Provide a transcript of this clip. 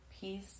peace